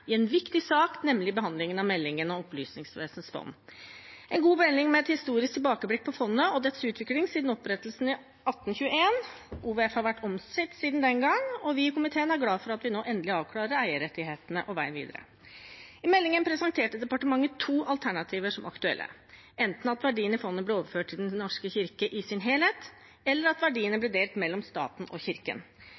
i en viktig sak, nemlig behandlingen av meldingen om Opplysningsvesenets fond – en god melding med et historisk tilbakeblikk på fondet og dets utvikling siden opprettelsen i 1821. OVF har vært omstridt siden den gang, og vi i komiteen er glade for at vi nå endelig avklarer eierrettighetene og veien videre. I meldingen presenterer departementet to alternativer som aktuelle: enten at verdiene i fondet blir overført til Den norske kirke i sin helhet, eller at verdiene